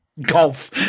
golf